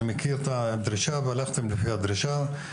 אני מכיר גם את הדרישה והלכתם לפי הדרישה.